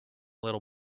little